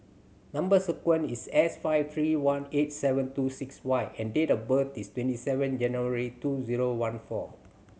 number sequence is S five three one eight seven two six Y and date of birth is twenty seven January two zero one four